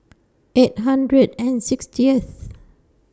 eight hundred and sixtieth